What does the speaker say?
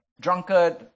drunkard